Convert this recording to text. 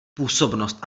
působnost